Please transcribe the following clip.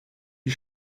die